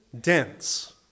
dense